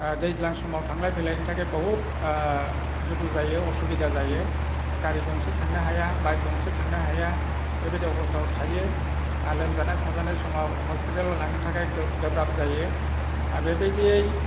दैज्लां समाव थांलाय फैलायनि थाखाय बहुत गोथौ जायो असुबिदा जायो गारि गंसे थांनो हाया बाइक गंसे थांनो हाया बेबायदि अबस्थायाव थायो आरो लोमजानाय साजानाय समाव हस्पिटालाव लांनो थाखाय गोब्राब जायो आरो बेबायदियै